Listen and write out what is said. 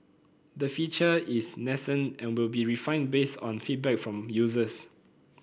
the feature is nascent and will be refined based on feedback from users